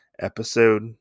episode